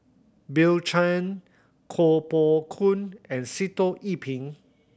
Bill Chen Koh Poh Koon and Sitoh Yih Pin